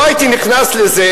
לא הייתי נכנס לזה.